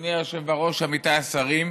אדוני היושב-ראש, עמיתיי השרים,